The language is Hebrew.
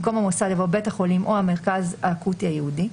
במקום "המוסד" יבוא "בית החולים או המרכז האקוטי הייעודי".